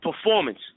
performance